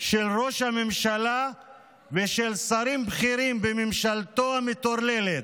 של ראש הממשלה ושל שרים בכירים בממשלתו המטורללת.